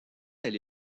elle